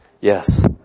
Yes